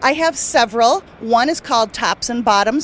i have several one is called tops and bottom